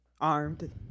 armed